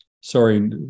Sorry